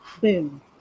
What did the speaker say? boom